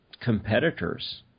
competitors